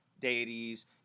deities